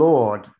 Lord